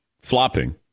flopping